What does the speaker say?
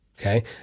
Okay